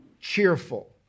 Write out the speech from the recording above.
cheerful